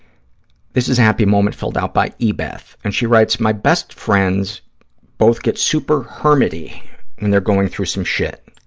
this is a happy moment filled out by e-beth, and she writes, my best friends both get super hermity when they're going through some shit,